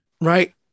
Right